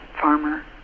farmer